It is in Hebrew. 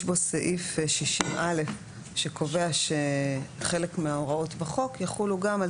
יש בו סעיף 60(א) שקובע שחלק מההוראות בחוק יחולו גם על